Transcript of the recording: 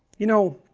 you know,